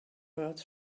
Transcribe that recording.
earth